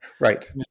Right